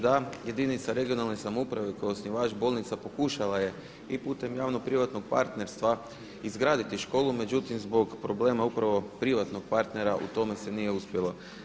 Da jedinica regionalne samouprave kao osnivač bolnica pokušala je i putem javnog-privatnog partnerstva izgraditi školu međutim zbog problema upravo privatnog partnera u tome se nije uspjelo.